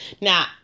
Now